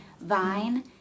vine